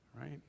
right